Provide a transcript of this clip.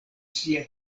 sia